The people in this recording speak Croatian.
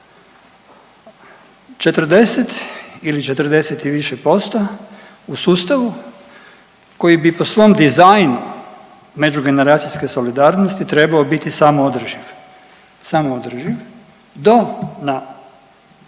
40 ili 40 i više posto u sustavu koji bi po svom dizajnu međugeneracijske solidarnosti trebao biti samoodrživ, samoodrživ do na